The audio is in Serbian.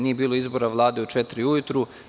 Nije bilo izbora Vlade u četiri ujutru.